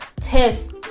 test